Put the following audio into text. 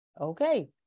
Okay